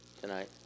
tonight